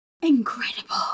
Incredible